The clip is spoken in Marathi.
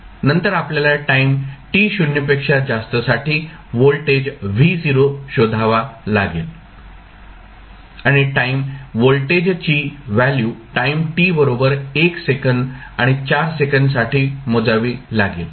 नंतर आपल्याला टाईम t 0 पेक्षा जास्तसाठी व्होल्टेज v शोधावा लागेल आणि टाईम व्होल्टेजची व्हॅल्यू टाईम t बरोबर 1 सेकंद आणि 4 सेकंद साठी मोजावी लागेल